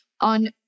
on